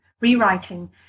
rewriting